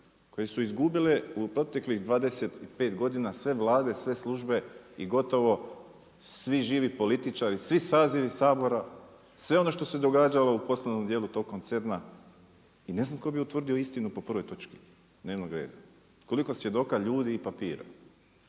koje su izgubile u proteklih 25 godina sve vlade, sve službe i gotovo svi živi političari, svi sazivi Sabora, sve ono što se događalo u poslovnom dijelu tog koncerna. I ne znam tko bi utvrdio istinu po prvoj točki dnevnog reda. Koliko svjedoka, ljudi i papira?